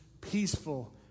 peaceful